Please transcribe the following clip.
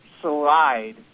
slide